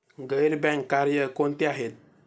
गैर बँकिंग कार्य कोणती आहेत?